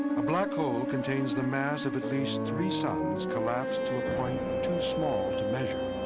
a black hole contains the mass of at least three suns collapsed to a point too small to measure.